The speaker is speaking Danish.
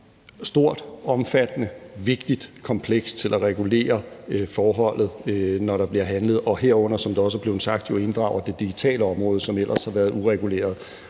stort, omfattende, vigtigt og komplekst i forhold til at regulere forholdet, når der bliver handlet, og herunder, som der også er blevet sagt, inddrager det jo det digitale område, som ellers har været ureguleret.